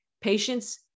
Patients